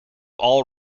all